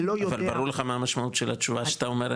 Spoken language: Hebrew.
אבל ברור לך מה המשמעות של התשובה שאתה אומר,